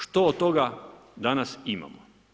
Što od toga danas imamo?